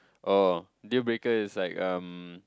oh deal breaker is like um